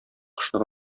кошны